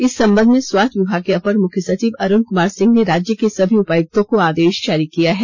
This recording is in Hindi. इस संबंध में स्वास्थ्य विभाग के अपर मुख्य सचिव अरुण कुमार सिंह ने राज्य के सभी उपायुक्तों को आदेश जारी किया है